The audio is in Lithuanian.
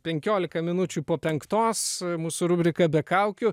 penkiolika minučių po penktos mūsų rubrika be kaukių